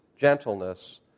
gentleness